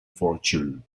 fortune